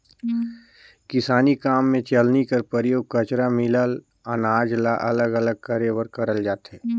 किसानी काम मे चलनी कर परियोग कचरा मिलल अनाज ल अलग अलग करे बर करल जाथे